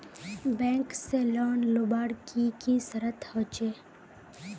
Bank से loan लुबार की की शर्त होचए?